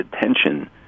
attention